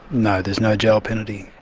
no, there's no jail penalty.